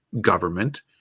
government